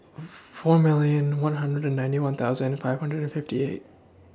four million one hundred and ninety one thousand five hundred and fifty eight